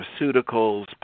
pharmaceuticals